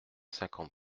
cinquante